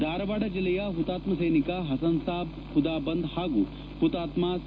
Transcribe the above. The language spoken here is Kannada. ಧಾರವಾಡ ಜೆಲ್ಲೆಯ ಹುತಾತ್ಮ ಸೈನಿಕ ಹಸನ್ ಸಾಬ್ ಖುದಾಬಂದ್ ಹಾಗೂ ಹುತಾತ್ಮ ಸಿ